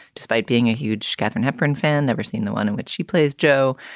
despite being a huge katharine hepburn fan, never seen the one in which she plays jo.